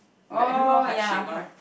oh ya correct